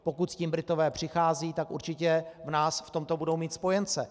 Pokud s tím Britové přicházejí, tak určitě v nás v tomto budou mít spojence.